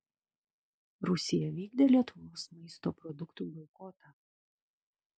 rusija vykdė lietuvos maisto produktų boikotą